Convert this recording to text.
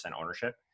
ownership